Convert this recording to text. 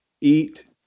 eat